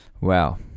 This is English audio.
Wow